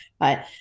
right